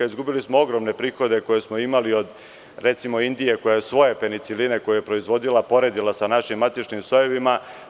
Izgubili smo ogromne prihode koje smo imali od, recimo, Indije, koja svoje peniciline koje je proizvodila poredila sa našim matičnim sojevima.